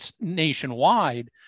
nationwide